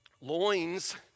Loins